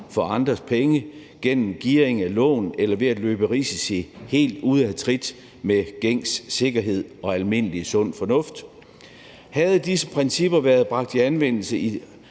for andres penge gennem gearing af lån eller ved at løbe risici helt ude af trit med gængs sikkerhed og almindelig sund fornuft. Havde disse principper været bragt i anvendelse